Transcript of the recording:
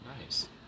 nice